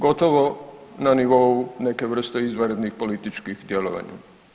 Gotovo na nivou neke vrste izvanrednih političkih djelovanja.